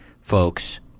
folks